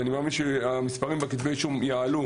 אני מאמין שהמספרים יעלו.